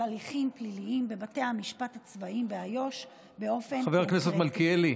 הליכים פליליים בבתי המשפט הצבאיים באיו"ש באופן קונקרטי.